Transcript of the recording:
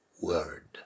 word